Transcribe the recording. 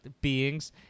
beings